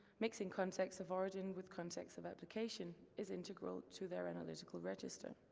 mixing contexts of origin with contexts of application is integral to their analytical register.